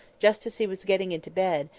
just as she was getting into bed,